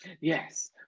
Yes